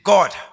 God